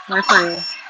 wifi